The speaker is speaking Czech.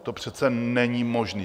To přece není možné!